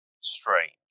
strange